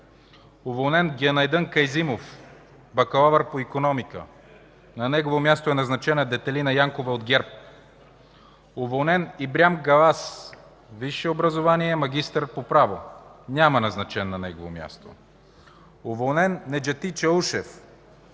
уволнен Гюнайдън Кязимов – бакалавър по икономика; на негово място е назначена Детелина Янкова от ГЕРБ; - уволнен Ибрям Гаваз – висше образование, магистър по право; няма назначен на негово място; - уволнен Неджати Чаушев